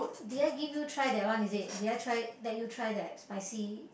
did I give you try that one is it did I try let you try that spicy